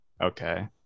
okay